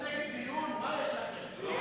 נא